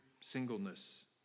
singleness